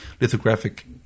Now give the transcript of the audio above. lithographic